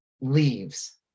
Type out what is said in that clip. leaves